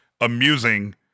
amusing